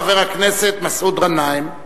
חבר הכנסת מסעוד גנאים.